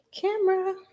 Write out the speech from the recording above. Camera